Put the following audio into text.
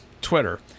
Twitter